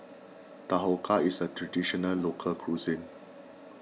Dhokla is a Traditional Local Cuisine